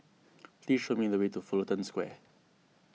please show me the way to Fullerton Square